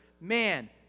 man